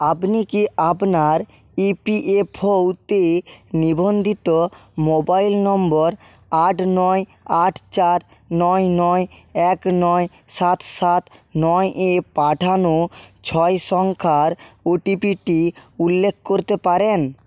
আপনি কি আপনার ইপিএফওতে নিবন্ধিত মোবাইল নম্বর আট নয় আট চার নয় নয় এক নয় সাত সাত নয় এ পাঠানো ছয় সংখ্যার ওটিপিটি উল্লেখ করতে পারেন